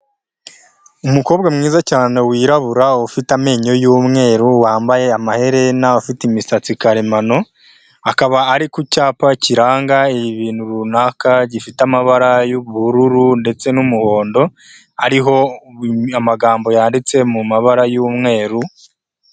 Umukobwa mwiza cyane wirabura ufite amenyo y'umweru wambaye amaherena, ufite imisatsi karemano, akaba ari ku cyapa kiranga ibintu runaka gifite amabara y'ubururu ndetse n'umuhondo, hariho amagambo yanditse mu mabara y'umweru.